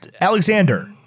Alexander